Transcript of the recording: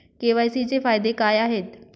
KYC चे फायदे काय आहेत?